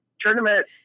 tournament